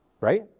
right